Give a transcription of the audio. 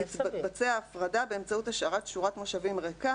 תתבצע הפרדה באמצעות השארת שורת מושבים ריקה